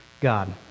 God